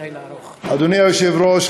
אדוני היושב-ראש,